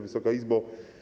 Wysoka Izbo!